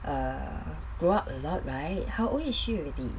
err grow up a lot right how old is she already